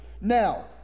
Now